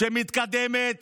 שמתקדמת